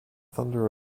thunder